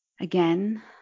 Again